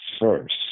first